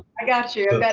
i got you.